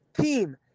team